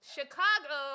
Chicago